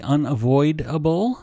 Unavoidable